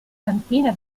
cantina